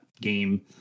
game